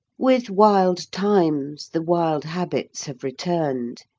with wild times, the wild habits have returned,